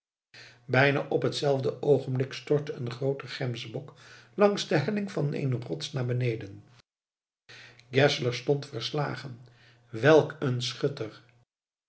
bijna op hetzelfde oogenblik stortte een groote gemsbok langs de helling van eene rots naar beneden geszler stond verslagen welk een schutter